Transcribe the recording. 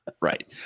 Right